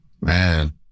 man